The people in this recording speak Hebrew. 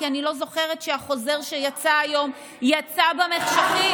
כי אני לא זוכרת שהחוזר שיצא היום יצא במחשכים.